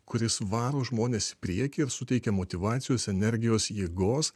kuris varo žmones į priekį ir suteikia motyvacijos energijos jėgos